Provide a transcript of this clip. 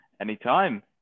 Anytime